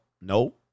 No